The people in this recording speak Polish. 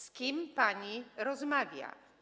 Z kim pani rozmawia?